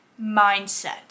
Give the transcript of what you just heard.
mindset